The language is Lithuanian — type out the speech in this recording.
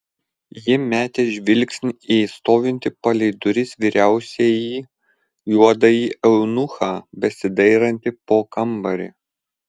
ji metė žvilgsnį į stovintį palei duris vyriausiąjį juodąjį eunuchą besidairantį po kambarį